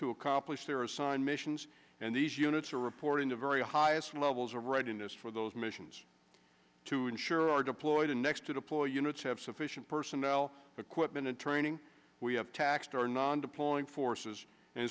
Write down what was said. to accomplish their assigned missions and these units are reporting the very highest levels of readiness for those missions to ensure are deployed in next to deploy units have sufficient personnel equipment and training we have taxed our non deploying forces